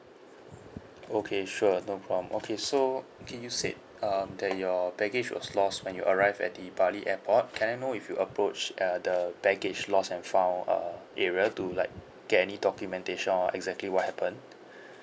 okay sure no problem okay so did you said um that your baggage was lost when you arrived at the bali airport can I know if you approached uh the baggage lost and found uh area to like get any documentation or exactly what happened